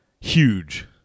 huge